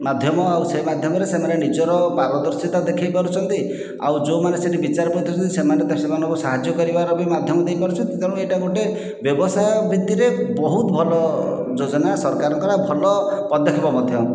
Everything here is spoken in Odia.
ମାଧ୍ୟମ ଆଉ ସେହି ମାଧ୍ୟମରେ ସେମାନେ ନିଜର ପାରିଦର୍ଶିତା ଦେଖେଇ ପାରୁଛନ୍ତି ଆଉ ଯେଉଁମାନେ ସେଇଠି ବିଚାରପତି ଅଛନ୍ତି ସେମାନେ ସେମାନଙ୍କ ସାହାଯ୍ୟ କରିବାର ବି ମାଧ୍ୟମ ଦେଇପାରୁଛନ୍ତି ତେଣୁ ଏଇଟା ଗୋଟିଏ ବ୍ୟବସାୟ ଭିତ୍ତିରେ ବହୁତ ଭଲ ଯୋଜନା ସରକାରଙ୍କର ଆଉ ଭଲ ପଦକ୍ଷେପ ମଧ୍ୟ